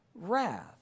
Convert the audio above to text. wrath